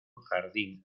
jardín